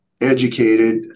educated